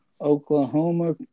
Oklahoma